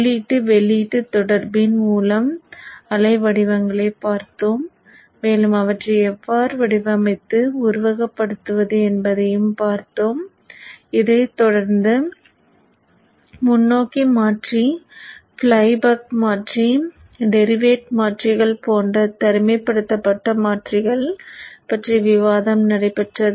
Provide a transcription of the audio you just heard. உள்ளீட்டு வெளியீட்டு தொடர்பின் மூலம் அலை வடிவங்களைப் பார்த்தோம் மேலும் அவற்றை எவ்வாறு வடிவமைத்து உருவகப்படுத்துவது என்பதையும் பார்த்தோம் இதைத் தொடர்ந்து முன்னோக்கி மாற்றி ஃப்ளை பக் மாற்றி டெரிவேட் மாற்றிகள் போன்ற தனிமைப்படுத்தப்பட்ட மாற்றிகள் பற்றிய விவாதம் நடைபெற்றது